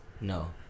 No